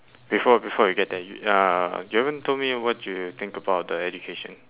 before before you get there y~ y~ uh you haven't told me what you think about the education